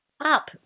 up